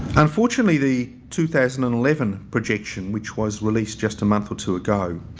unfortunately the two thousand and eleven projection, which was released just a month or two ago